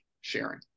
sharing